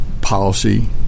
policy